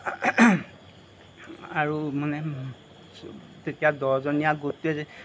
আৰু মানে তেতিয়া দহজনীয়া গোটটোৱে যেতিয়া